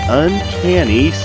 uncanny